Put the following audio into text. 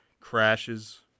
crashes